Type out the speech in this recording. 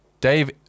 Dave